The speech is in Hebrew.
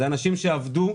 אלו אנשים שעבדו,